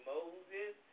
Moses